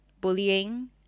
bullying